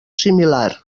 similar